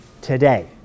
today